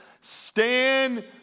stand